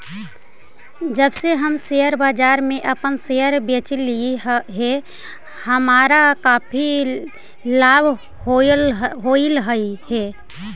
जब से हम शेयर बाजार में अपन शेयर बेचली हे हमारा काफी लाभ होलई हे